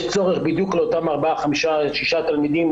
צורך בדיוק לאותם ארבעה-חמישה-שישה תלמידים,